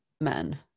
men